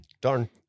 darn